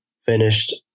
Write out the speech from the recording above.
finished